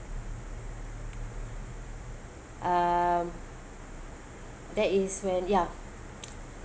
um that is when ya